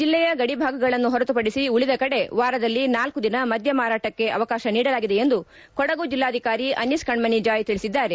ಜಿಲ್ಲೆಯ ಗಡಿ ಭಾಗಗಳನ್ನು ಹೊರತುಪಡಿಸಿ ಉಳಿದ ಕಡೆ ವಾರದಲ್ಲಿ ನಾಲ್ಕು ದಿನ ಮದ್ದ ಮಾರಾಟಕ್ಕೆ ಅವಕಾಶ ನೀಡಲಾಗಿದೆ ಎಂದು ಕೊಡಗು ಜಿಲ್ದಾಧಿಕಾರಿ ಅನೀಸ್ ಕಣ್ಣಣಿ ಜಾಯ್ ತಿಳಿಸಿದ್ದಾರೆ